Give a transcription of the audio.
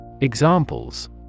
Examples